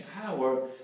power